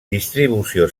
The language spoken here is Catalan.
distribució